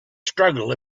struggle